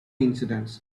incidents